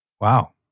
Wow